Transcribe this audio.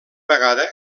vegada